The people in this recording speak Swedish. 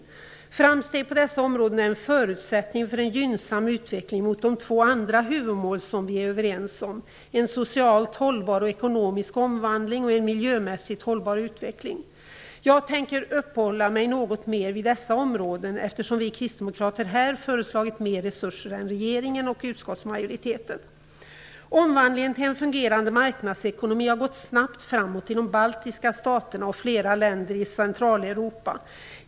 Framsteg på dessa områden är en förutsättning för en gynnsam utveckling mot de två andra huvudmål som vi är överens om - en socialt hållbar och ekonomisk omvandling och en miljömässigt hållbar utveckling. Jag tänker uppehålla mig något mer vid dessa områden, eftersom vi kristdemokrater här har föreslagit mer resurser än regeringen och utskottsmajoriteten. Omvandlingen till en fungerande marknadsekonomi har gått snabbt framåt i de baltiska staterna och i flera länder i Centraleuropa.